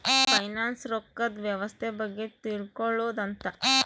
finance ರೊಕ್ಕದ್ ವ್ಯವಸ್ತೆ ಬಗ್ಗೆ ತಿಳ್ಕೊಳೋದು ಅಂತ